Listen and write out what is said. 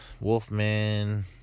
Wolfman